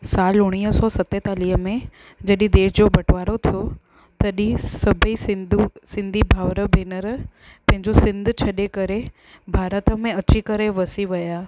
सालु उणिवीह सतेतालीह में जॾहिं देश जो बटवारो थियो तॾहिं सभई सिंधू सिंधी भाउर भेनर पंहिंजो सिंध छॾे करे भारत में अची करे वसी विया